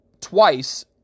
twice